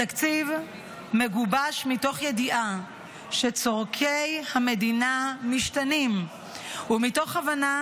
התקציב מגובש מתוך ידיעה שצורכי המדינה משתנים ומתוך הבנה